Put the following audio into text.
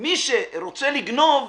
מי שרוצה לגנוב,